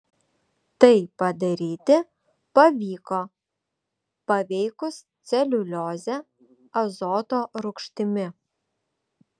tai padaryti pavyko paveikus celiuliozę azoto rūgštimi